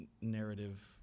narrative